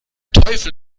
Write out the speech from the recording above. teufel